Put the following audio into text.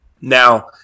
Now